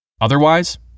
Otherwise